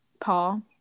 Paul